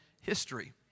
history